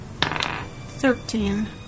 Thirteen